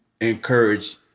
encourage